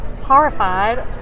horrified